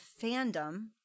fandom